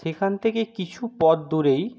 সেখান থেকে কিছু পথ দূরেই